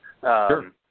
Sure